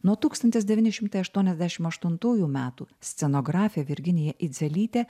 nuo tūkstantis devyni šimtai aštuoniasdešim aštuntųjų metų scenografė virginija idzelytė